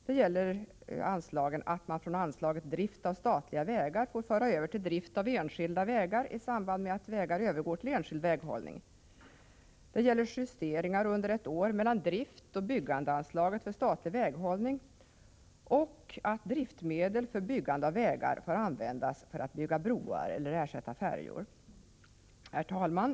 Det gäller att man från anslaget Drift av statliga vägar får föra över medel till Bidrag till drift av enskilda vägar m.m. i samband med att vägar övergår till enskild väghållning, det gäller justeringar under ett år mellan driftoch byggandeanslagen för statlig väghållning, och det gäller att driftmedel för byggande av vägar får användas för att bygga broar eller ersätta färjor. Herr talman!